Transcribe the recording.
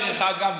דרך אגב,